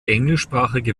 englischsprachige